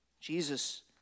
Jesus